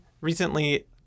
recently